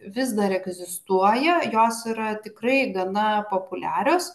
vis dar egzistuoja jos yra tikrai gana populiarios